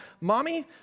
Mommy